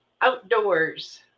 Outdoors